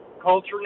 culture